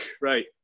Right